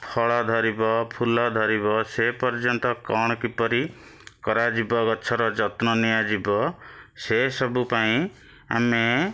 ଫଳ ଧରିବ ଫୁଲ ଧରିବ ସେ ପର୍ଯ୍ୟନ୍ତ କ'ଣ କିପରି କରାଯିବ ଗଛର ଯତ୍ନ ନିଆଯିବ ସେ ସବୁ ପାଇଁ ଆମେ